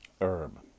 herb